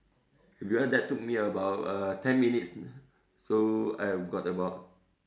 because that took me about uh ten minutes so I have got about